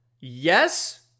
Yes